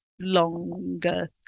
longer